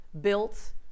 built